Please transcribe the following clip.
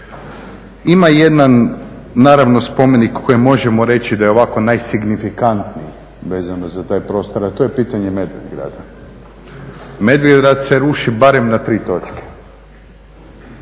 Ima jedan naravno spomenik koji možemo reći da je ovako najsignifikantniji vezano za taj prostor, a to je pitanje Medvedgrada. Medvedgrad se ruši barem na tri točke,